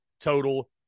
total